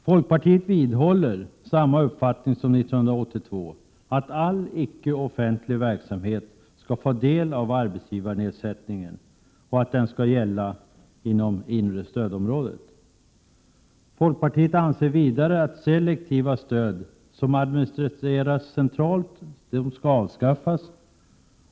Folkpartiet vidhåller samma uppfattning som 1982, att all icke offentlig Folkpartiet anser vidare att selektiva stöd som administreras centralt skall avskaffas.